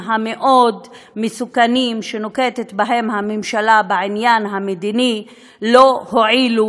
המאוד-מסוכנים שנוקטת בהם הממשלה בעניין המדיני לא הועילו,